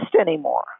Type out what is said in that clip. anymore